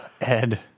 Ed